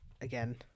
again